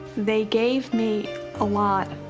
they gave me a lot.